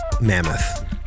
Mammoth